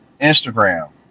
Instagram